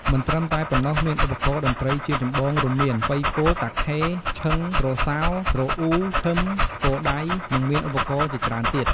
មិនត្រឺមតែប៉ុណ្ណោះមានឧបករណ៍តន្ត្រីជាចម្បងរួមមាន បុីពក តាខេ ឈឺង ទ្រសោ ទ្រអ៊ូ ឃឺម ស្គរដៃ និងមានឧបករណ៍ជាច្រើនទៀត។